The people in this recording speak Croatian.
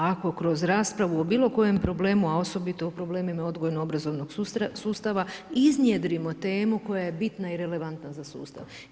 Ako kroz raspravu o bilo kojem problemu a osobito o problemima odgojno obrazovnog sustava iznjedrimo temu koja je bitna i relevantna za sustav.